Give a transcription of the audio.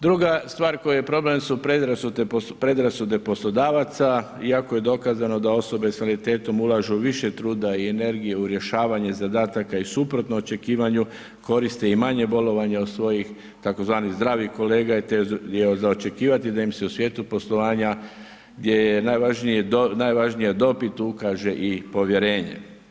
Druga stvar koja je problem su predrasude poslodavaca, iako je dokazano da osobe s invaliditetom ulažu više truda i energije u rješavanje zadataka i suprotno očekivanju koriste i manje bolovanje od svojih tzv. zdravih kolega te je za očekivati da im se u svijetu poslovanja gdje je najvažnija dob i tu ukaže povjerenje.